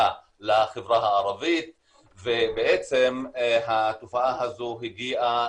לחברה הערבית ובעצם התופעה הזו הגיעה,